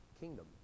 kingdom